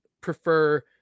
prefer